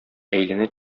әйләнә